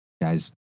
guys